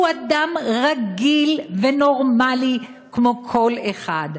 הוא אדם רגיל ונורמלי, כמו כל אחד.